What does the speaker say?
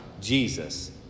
Jesus